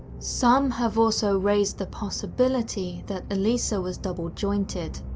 some have also raised the possibility that elisa was double jointed,